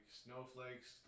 snowflakes